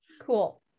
Cool